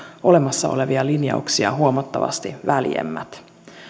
olemassa olevia linjauksia huomattavasti väljemmät